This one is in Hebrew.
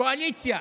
קואליציה,